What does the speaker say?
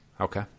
Okay